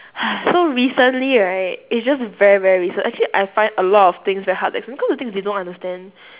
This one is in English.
so recently right it's just very very recent actually I find a lot of things very hard to explain cause the thing is they don't understand